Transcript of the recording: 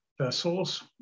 vessels